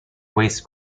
waste